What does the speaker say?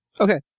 Okay